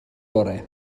orau